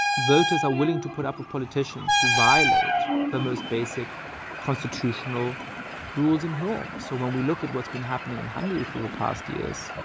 voters are willing to put up with politicians who violate the most basic constitutional rules and norms. so when we look at what's been happening in hungary for the past years,